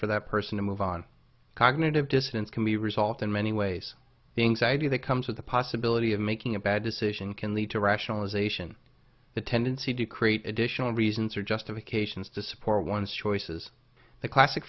for that person to move on cognitive dissonance can be resolved in many ways the anxiety that comes with the possibility of making a bad decision can lead to rationalization the tendency to create additional reasons or justifications to support one's choices the classic